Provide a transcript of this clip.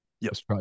yes